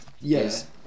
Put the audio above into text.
Yes